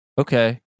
Okay